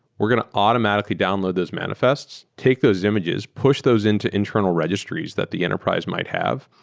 we're going to automatically download those manifests. take those images, push those into internal registries that the enterprise might have.